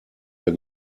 mehr